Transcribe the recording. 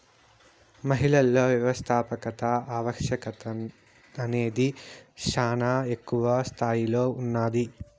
మహిళలలో వ్యవస్థాపకత ఆవశ్యకత అనేది శానా ఎక్కువ స్తాయిలో ఉన్నాది